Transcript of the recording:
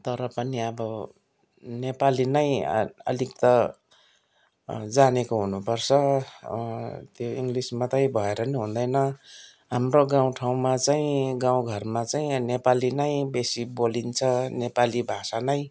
तर पनि अब नेपाली नै अलिक त जानेको हुनुपर्छ त्यो इङ्ग्लिस मात्रै भएर नि हुँदैन हाम्रो गाउँ ठाउँमा चाहिँ गाउँ घरमा चाहिँ नेपाली नै बेसी बोलिन्छ नेपाली भाषा नै